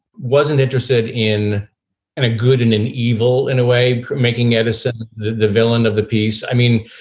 wasn't interested in and a good and an evil in a way, making edison the the villain of the piece. i mean,